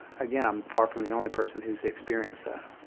again, i'm far from the only person who's experienced that.